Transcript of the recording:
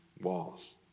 walls